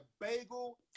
bagel